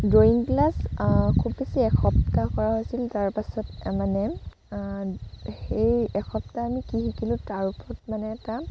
drawing class খুব বেছি এসপ্তাহ কৰা হৈছিল তাৰ পাছত মানে সেই এসপ্তাহ আমি কি শিকিলোঁ তাৰ ওপৰত মানে এটা